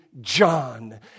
John